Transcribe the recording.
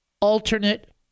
alternate